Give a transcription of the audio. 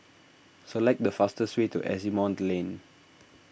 select the fastest way to Asimont Lane